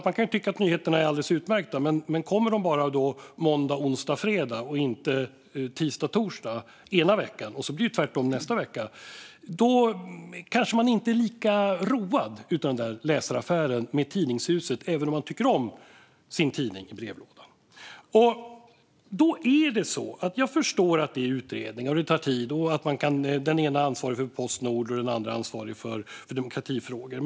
Man kan tycka att nyheterna är alldeles utmärkta, men kommer de bara måndag, onsdag och fredag men inte tisdag och torsdag den ena veckan och tvärtom den andra kanske man inte är lika road av den där läsaraffären med tidningshuset, även om man tycker om att få sin tidning i brevlådan. Jag förstår att det görs utredningar, att det tar tid och att den ena ministern är ansvarig för Postnord och den andra för demokratifrågor.